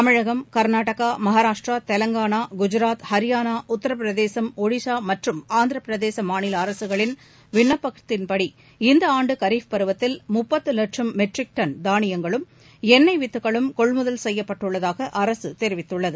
தமிழகம் கர்நாடகா மகாராஷ்ட்ரா தெலுங்கானா குஜராத் ஹரியானா உத்தரபிரதேசம் ஒடிசா மற்றும் ஆந்திர பிரதேச மாநில அரசுகளின் விண்ணப்பத்தின் படி இந்த ஆண்டு கரீப் பருவத்தில் முப்பது லட்சம் மெட்ரிக் டன் தானியங்களும் எண்ணெய் வித்துகளும் கொள்முதல் செய்யப்பட்டுள்ளதாக அரக தெரிவித்துள்ளது